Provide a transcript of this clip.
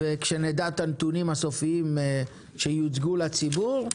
כשנדע את הנתונים הסופיים שיוצגו לציבור,